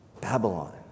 Babylon